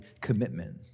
commitment